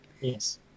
Yes